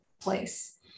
place